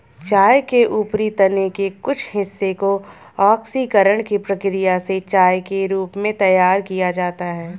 चाय के ऊपरी तने के कुछ हिस्से को ऑक्सीकरण की प्रक्रिया से चाय के रूप में तैयार किया जाता है